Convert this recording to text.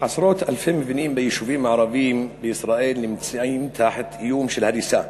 עשרות-אלפי מבנים ביישובים הערביים נמצאים תחת איום של הריסה,